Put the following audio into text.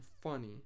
funny